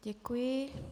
Děkuji.